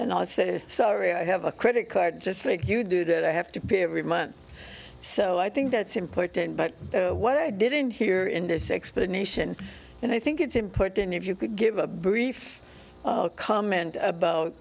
and i say sorry i have a credit card just like you do that i have to pay every month so i think that's important but what i didn't hear in this explanation and i think it's important if you could give a brief comment about